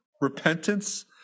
repentance